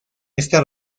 esta